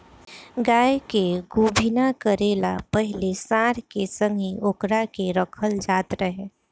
गाय के गोभिना करे ला पाहिले सांड के संघे ओकरा के रखल जात रहे